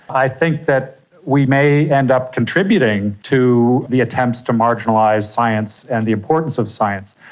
i think that we may end up contributing to the attempts to marginalise science and the importance of science.